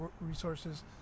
resources